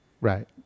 right